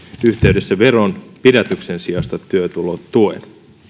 yhteydessä veronpidätyksen sijasta työtulotuen